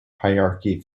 hierarchy